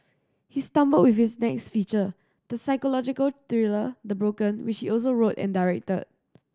he stumbled with his next feature the psychological thriller The Broken which he also wrote and directed